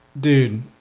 dude